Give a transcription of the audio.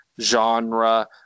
genre